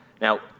Now